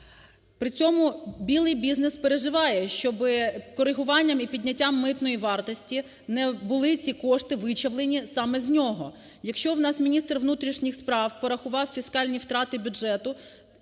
При цьому білий бізнес переживає, щоби корегуванням і підняттям митної вартості не були ці кошти вичавлені саме з нього. Якщо в нас міністр внутрішніх справ порахував фіскальні втрати бюджету